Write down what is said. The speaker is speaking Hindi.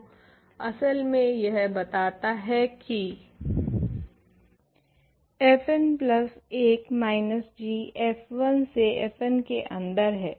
तो इससे मुझे पता चलता है की fn plus 1 minus g f1 से fn के अंदर है